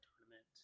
tournament